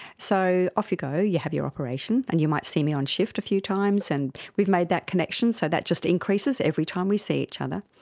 so, off you go, you have your operation, and you might see me on shift a few times and we've made that connection, so that just increases every time we see each other.